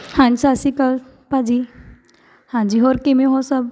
ਹਾਂਜ ਸਤਿ ਸ਼੍ਰੀ ਅਕਾਲ ਭਾਅ ਜੀ ਹਾਂਜੀ ਹੋਰ ਕਿਵੇਂ ਹੋ ਸਭ